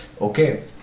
Okay